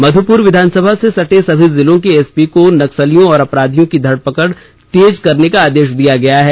मधुपुर विधानसभा से सटे सभी जिलों के एसपी को नक्सलियों और अपराधियों की धड़पकड़ तेज करने का आदेश दिया गया है